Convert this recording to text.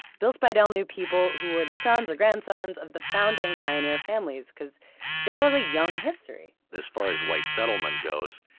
bill spiedel knew people who were the sons or grandsons of the founding pioneer families, because seattle has a young history as far as white settlement goes,